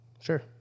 Sure